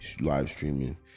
live-streaming